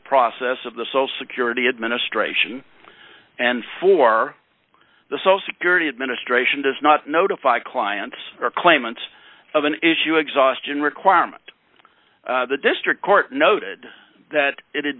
process of the social security administration and for the so security administration does not notify clients or claimants of an issue exhaustion requirement the district court noted that it had